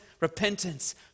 Repentance